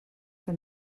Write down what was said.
que